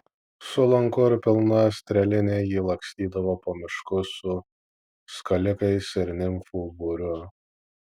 su lanku ir pilna strėline ji lakstydavo po miškus su skalikais ir nimfų būriu